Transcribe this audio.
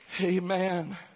Amen